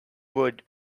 would